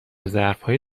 ظرفهای